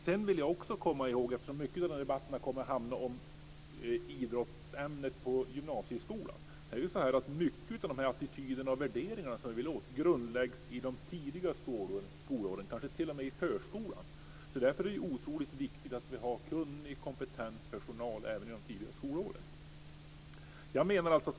Sedan ska vi komma ihåg, eftersom den här debatten mycket har kommit att handla om idrottsämnet i gymnasieskolan, att mycket av de attityder och värderingar som vi vill åt grundläggs i de tidiga skolåren, kanske t.o.m. i förskolan. Därför är det otroligt viktigt med kunnig och kompetent personal även under de tidiga skolåren.